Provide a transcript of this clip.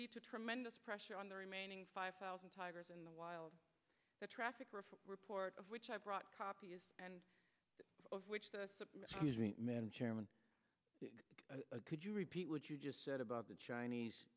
lead to tremendous pressure on the remaining five thousand tigers in the wild the traffic report of which i brought copies and of which the man chairman could you repeat what you just said about the chinese